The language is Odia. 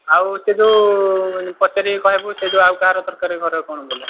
ଆଉ ସେ ଯେଉଁ ପଚାରିକି କହିବୁ ସେ ଯେଉଁ ଆଉ କାହାର ଦରକାର ଘରେ କ'ଣ ବୋଲି